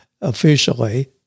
officially